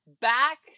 back